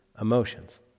Emotions